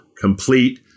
complete